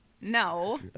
No